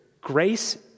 Grace